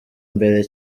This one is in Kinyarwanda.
mbere